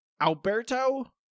Alberto